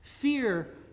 Fear